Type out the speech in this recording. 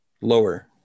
lower